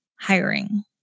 hiring